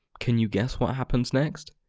can you guess what happens next?